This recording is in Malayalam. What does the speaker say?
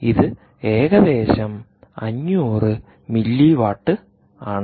ഇത് ഏകദേശം 500 മില്ലി വാട്ട് ആണ്